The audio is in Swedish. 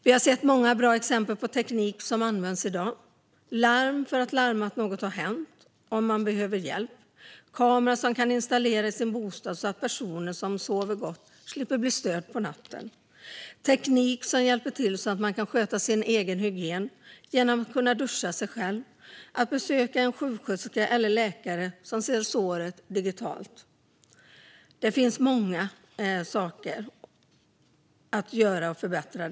Vi har sett många bra exempel på teknik som används i dag: larm för att larma om något har hänt och man behöver hjälp, kamera som kan installeras i bostaden så att personer som sover gott slipper bli störda på natten och teknik som hjälper till så att man kan sköta sin egen hygien genom att duscha sig själv eller besöka en sjuksköterska eller läkare som ser såret digitalt. Det finns många saker att göra och förbättra.